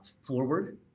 forward